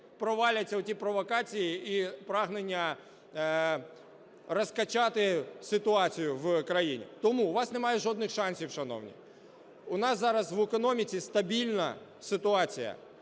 проваляться оті провокації і прагнення розкачати ситуацію в країні. Тому у вас немає жодних шансів, шановні. У нас зараз в економіці стабільна ситуація.